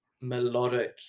melodic